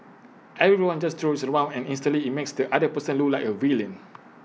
everyone just throws IT around and instantly IT makes the other person look like A villain